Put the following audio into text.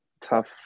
tough